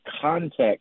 context